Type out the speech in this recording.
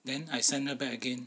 then I send her back again